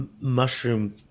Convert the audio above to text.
mushroom